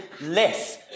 less